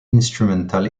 instrumental